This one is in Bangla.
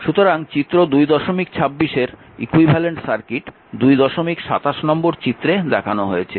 সুতরাং চিত্র 226 এর ইকুইভ্যালেন্ট সার্কিট 227 নম্বর চিত্রে দেখানো হয়েছে